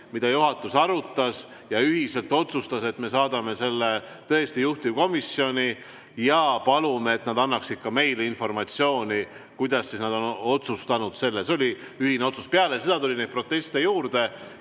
mida juhatus arutas ja seejärel ühiselt otsustas, et saadame selle tõesti juhtivkomisjoni ja palume, et nad annaksid ka meile informatsiooni, kuidas nad on otsustanud. See oli ühine otsus. Pärast seda tuli neid proteste juurde